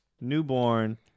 newborn